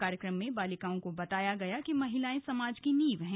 कार्यक्रम में बालिकाओं को बताया गया कि महिलाएं समाज की नींव है